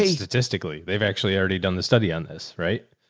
ah statistically, they've actually already done the study on this, right.